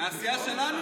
מהסיעה שלנו?